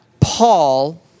Paul